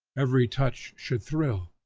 every touch should thrill.